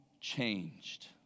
changed